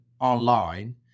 online